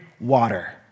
water